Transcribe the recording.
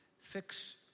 fix